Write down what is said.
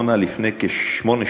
לפני כשמונה שנים,